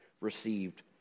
received